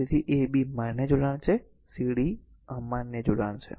તેથી a b માન્ય જોડાણ છે c d અમાન્ય જોડાણ છે